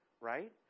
right